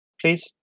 please